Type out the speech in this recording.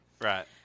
Right